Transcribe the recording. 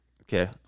Okay